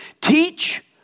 teach